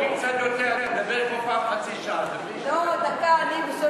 במדינת ישראל מי שקובע את מדיניות ההגירה זה לא הממשלה הנבחרת,